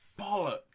Bollocks